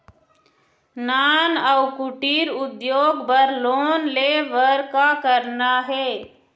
नान अउ कुटीर उद्योग बर लोन ले बर का करना हे?